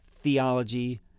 theology